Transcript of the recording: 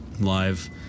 live